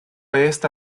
esta